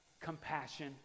compassion